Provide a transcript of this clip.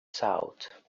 south